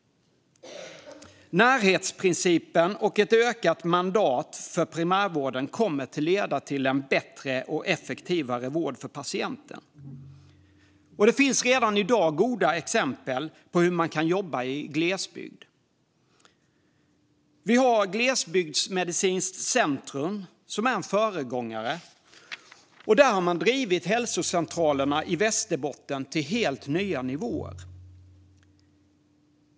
Närhetsprincipen och ett utökat mandat för primärvården kommer att leda till en bättre och effektivare vård för patienten. Det finns redan i dag goda exempel på hur man kan jobba i glesbygd. Vi har Glesbygdsmedicinskt centrum, som är en föregångare. Där har man drivit hälsocentralerna i Västerbotten till helt nya nivåer.